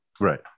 Right